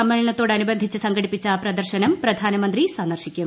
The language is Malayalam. സമ്മേളനത്തോടനുബന്ധിച്ച് സംഘടിപ്പിച്ച പ്രദർശനം പ്രധാനമന്ത്രി സന്ദർശിക്കും